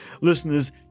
Listeners